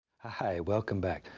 ah hi, welcome back.